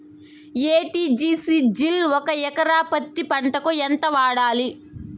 ఎ.టి.జి.సి జిల్ ఒక ఎకరా పత్తి పంటకు ఎంత వాడాలి?